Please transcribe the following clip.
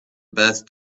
best